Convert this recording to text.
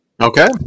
Okay